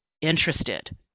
interested